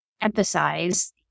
emphasize